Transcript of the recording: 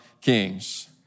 kings